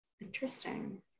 interesting